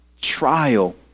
trial